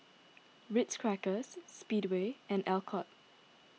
Ritz Crackers Speedway and Alcott